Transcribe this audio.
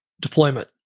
deployment